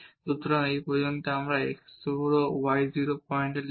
সুতরাং এই পর্যন্ত যদি আমরা এই x 0 y 0 পয়েন্টে লিখি